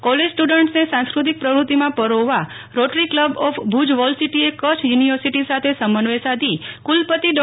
college સ્ટુડન્ટસને સાંસ્કૃતિક પ્રવૃત્તિમાં પરોવવા રોટરી ક્લબ ઓફ ભુજ વોલસિટીએ કચ્છ યુનિવર્સિટી સાથે સમન્યવ્ય સાધી કુલપતિ ડો